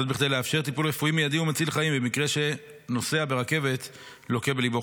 כדי לאפשר טיפול רפואי מיידי ומציל חיים במקרה שנוסע ברכבת לוקה בליבו,